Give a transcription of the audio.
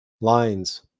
lines